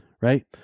Right